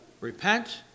repent